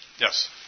Yes